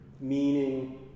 meaning